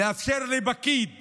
הוא מאפשר לפקיד